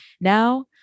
Now